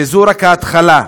וזו רק ההתחלה.